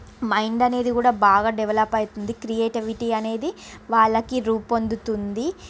mind అనేది కూడా బాగా డెవలప్ అవుతుంది క్రియేటివిటీ అనేది వాళ్ళకు రూపొందుతుంది